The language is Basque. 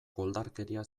koldarkeria